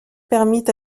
permit